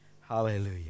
Hallelujah